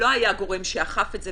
לא היה גורם שאכף את זה,